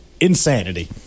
insanity